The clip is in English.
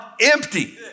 empty